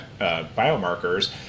biomarkers